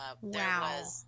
Wow